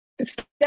step